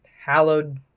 hallowed